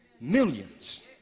millions